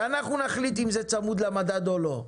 ואנחנו נחליט אם זה צמוד למדד או לא.